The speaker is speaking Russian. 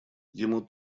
ему